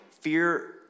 fear